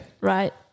Right